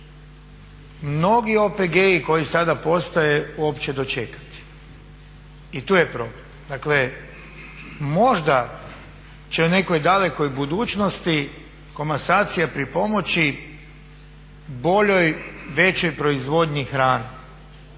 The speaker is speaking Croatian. mnogi OPG-i koji sada postoje opće dočekati. I tu je problem. Dakle, možda će u nekoj dalekoj budućnosti komasacija pripomoći boljoj, većoj proizvodnji hrane